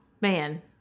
man